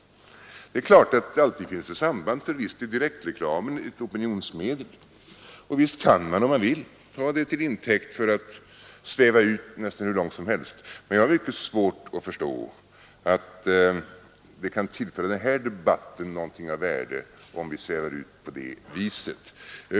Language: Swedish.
Givetvis finns det alltid ett samband, för visst är direktreklamen ett opinionsmedel, och visst kan man, om man vill, ta det till intäkt för att sväva ut nästan hur långt som helst. Men jag har mycket svårt att förstå att det kan tillföra den här debatten någonting av värde, om vi svävar ut på det viset.